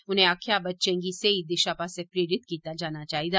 उनें आक्खेआ बच्चें गी सेही दिशा पास्सै प्रेरित कीता जाना लोड़चदा